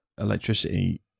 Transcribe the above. Electricity